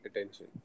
attention